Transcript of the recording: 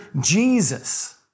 Jesus